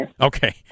okay